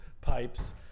pipes